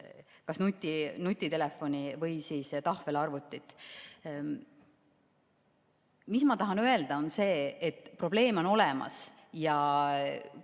kas nutitelefoni või tahvelarvutit. Mis ma tahan öelda, on see, et probleem on olemas ja